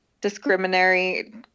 discriminatory